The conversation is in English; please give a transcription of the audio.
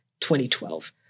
2012